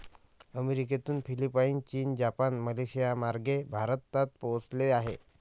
अमेरिकेतून फिलिपाईन, चीन, जपान, मलेशियामार्गे भारतात पोहोचले आहे